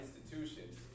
institutions